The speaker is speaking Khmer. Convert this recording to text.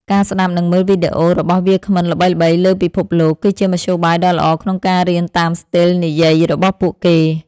ការស្ដាប់ និងមើលវីដេអូរបស់វាគ្មិនល្បីៗលើពិភពលោក គឺជាមធ្យោបាយដ៏ល្អក្នុងការរៀនតាមស្ទីលនិយាយរបស់ពួកគេ។